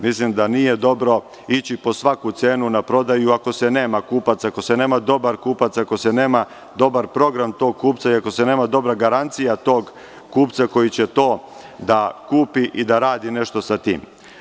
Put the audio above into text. Mislim da nije dobro ići po svaku cenu na prodaju ako se nema dobar kupac, ako se nema dobar program tog kupca i ako se nema dobra garancija tog kupca koji će to da kupi i da radi nešto sa tim.